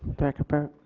director burke.